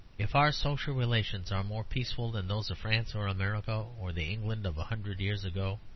if our social relations are more peaceful than those of france or america or the england of a hundred years ago,